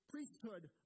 priesthood